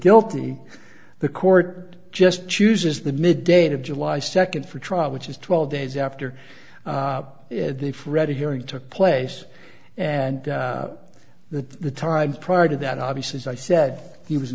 guilty the court just chooses the mid date of july second for trial which is twelve days after the freddie hearing took place and the time prior to that obviously as i said he was in